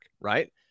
right